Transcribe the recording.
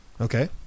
Okay